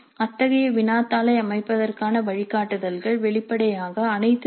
அத்தகைய வினாத்தாளை அமைப்பதற்கான வழிகாட்டுதல்கள் வெளிப்படையாக அனைத்து சி